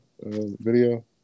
video